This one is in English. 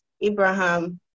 Abraham